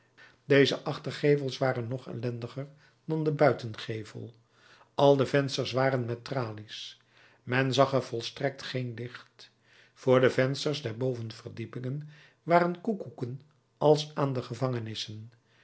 deze achtergevels waren nog ellendiger dan de buitengevel al de vensters waren met tralies men zag er volstrekt geen licht voor de vensters der bovenverdiepingen waren koekoeken als aan de gevangenissen